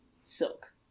silk